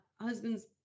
husband's